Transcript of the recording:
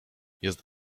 jest